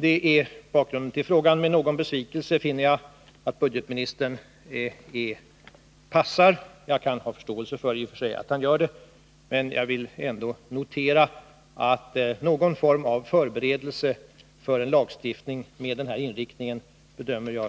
Detta är bakgrunden till min fråga, och med någon besvikelse finner jag att budgetministern ”passar”. Jag kan i och för sig ha förståelse för att han gör det, men jag vill ändå framhålla att jag bedömer någon form av förberedelse för en lagstiftning med den här inriktningen